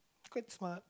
quite smart